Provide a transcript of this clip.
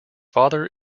father